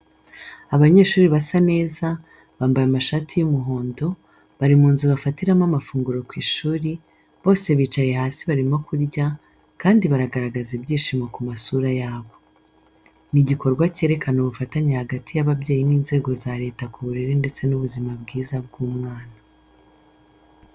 Abanyeshuri basa neza, bambaye amashati y'umuhondo, bari mu nzu bafatiramo amafunguro ku ishuri, bose bicaye hasi barimo kurya, kandi baragaragaza ibyishimo ku masura yabo. Ni igikorwa cyerekana ubufatanye hagati y'ababyeyi n'inzego za Leta ku burere ndetse n'ubuzima bwiza bw'umwana.